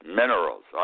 minerals